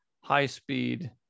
high-speed